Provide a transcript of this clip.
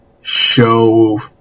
show